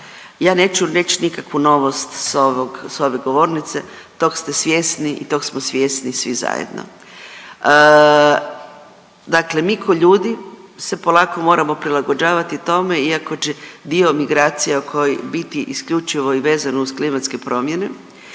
ja neću reći nikakvu novost s ovog, s ove govornice, tog ste svjesni i tog smo svjesni svi zajedno. Dakle mi kao ljudi se polako moramo prilagođavati tome iako će dio migracija biti isključivo i vezano uz klimatske promjene,